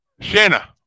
Shanna